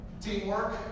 teamwork